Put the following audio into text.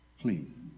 Please